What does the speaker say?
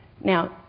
Now